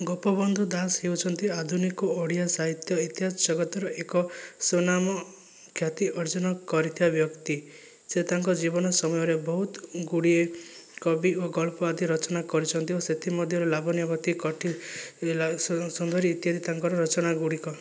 ଗୋପବନ୍ଧୁ ଦାସ ହେଉଛନ୍ତି ଆଧୁନିକ ଓଡ଼ିଆ ସାହିତ୍ୟ ଇତିହାସ ଜଗତର ଏକ ସୁନାମ ଖ୍ୟାତି ଅର୍ଜନ କରିଥିବା ବ୍ୟକ୍ତି ସେ ତାଙ୍କ ଜୀବନ ସମୟରେ ବହୁତ ଗୁଡ଼ିଏ କବି ଓ ଗଳ୍ପ ଆଦି ରଚନା କରିଛନ୍ତି ଓ ସେଥିମଧ୍ୟରୁ ଲାବଣ୍ୟବତୀ କଠିଲା ସୁନ୍ଦରୀ ଇତ୍ୟାଦି ତାଙ୍କର ରଚନା ଗୁଡ଼ିକ